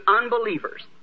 unbelievers